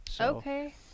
Okay